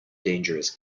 dangerous